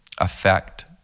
affect